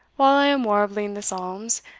while i am warbling the psalms,